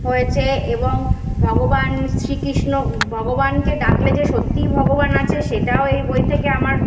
হয়েছে এবং ভগবান শ্রীকৃষ্ণ ভগবানকে ডাকলে যে সত্যিই ভগবান আছে সেটাও এই বই থেকে আমার